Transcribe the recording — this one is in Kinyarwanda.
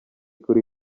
kuri